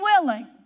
willing